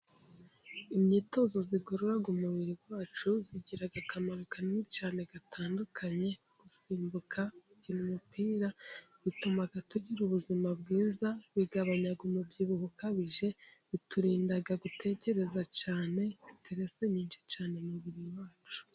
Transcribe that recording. Imyitozo igorora umubiri wacu, igira akamaro kanini cyane gatandukanye:gusimbuka, gukina umupira bituma tugira ubuzima bwiza, bigabanya umubyibuho ukabije biturinda gutekereza cyane, siteresi nyinshi cyane mu mubiri wacu.